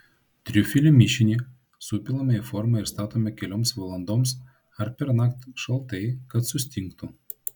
triufelių mišinį supilame į formą ir statome kelioms valandoms ar pernakt šaltai kad sustingtų